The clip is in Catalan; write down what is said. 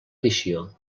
edició